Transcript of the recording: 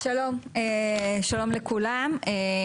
שלום לכולם,